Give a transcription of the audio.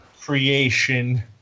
creation